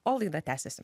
o laida tęsiasi